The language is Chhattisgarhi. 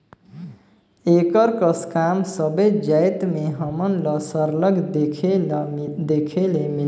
एकर कस काम सबेच जाएत में हमन ल सरलग देखे ले मिलथे